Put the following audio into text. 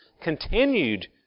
continued